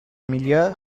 milieu